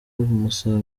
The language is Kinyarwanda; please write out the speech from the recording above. bimusaba